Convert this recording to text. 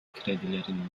kredilerin